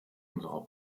unserer